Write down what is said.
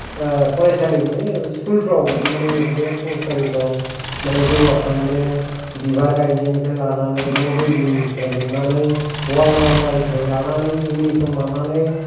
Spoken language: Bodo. फरायसालि माने स्कुलफ्राव माने बे फरायसालिफ्राव जाैगाखांनो बिबार गायनायनिफ्राय लानानै न' बिलदिं निफ्राय लुनानै वाल बाउनदारि निफ्राय लानानै इउनिफ्रम लानानै